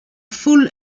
full